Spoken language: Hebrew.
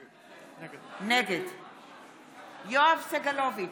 נגד יואב סגלוביץ'